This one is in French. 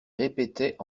répétaient